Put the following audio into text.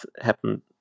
happen